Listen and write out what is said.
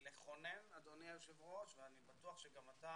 לכונן, אדוני היושב ראש, ואני בטוח שגם אתה